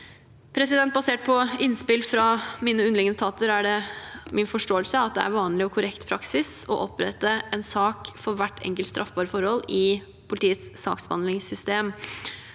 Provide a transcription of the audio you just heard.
Basert på innspill fra mine underliggende etater er det min forståelse at det er vanlig og korrekt praksis å opprette en sak for hvert enkelt straffbare forhold i politiets saksbehandlingssystem.